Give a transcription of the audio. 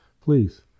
please